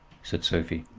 said sophie.